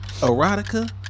Erotica